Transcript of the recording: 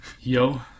Yo